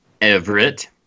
Everett